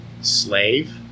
Slave